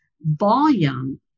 volume